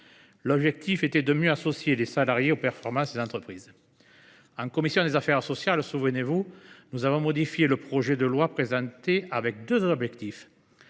L’objectif était de mieux associer les salariés aux performances des entreprises. En commission des affaires sociales, souvenez vous, nous avions modifié le texte en suivant deux principes